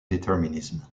determinism